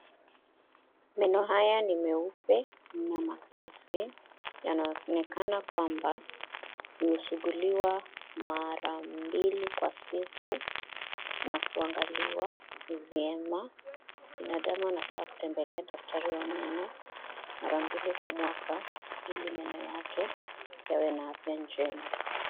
Meno haya ni meupe na masafi, yanaonekana kwamba imesuguliwa mara mbili kwa siku na kuangaliwa vyema. Binadamu anafaa kutembelea daktari wa meno mara mbili kwa mwaka ili meno yake yawe na afya njema.